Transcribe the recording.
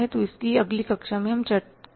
तो इसकी अगली कक्षा में चर्चा की जाएगी